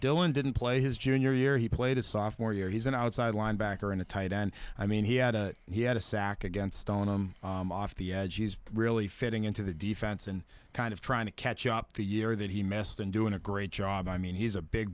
dylan didn't play his junior year he played his sophomore year he's an outside linebacker and a tight end i mean he had a he had a sack against on him off the edges but really fitting into the defense and kind of trying to catch up the year that he messed and doing a great job i mean he's a big